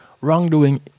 Wrongdoing